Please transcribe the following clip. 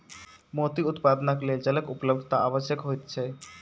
मोती उत्पादनक लेल जलक उपलब्धता आवश्यक होइत छै